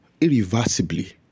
Irreversibly